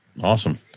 Awesome